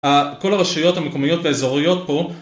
כל הרשויות המקומיות והאזוריות פה